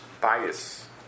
bias